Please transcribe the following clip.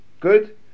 Good